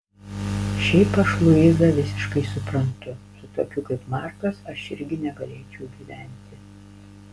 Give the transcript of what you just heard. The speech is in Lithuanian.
šiaip aš luizą visiškai suprantu su tokiu kaip markas aš irgi negalėčiau gyventi